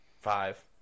Five